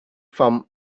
from